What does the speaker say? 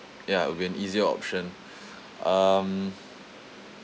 ya when easier option um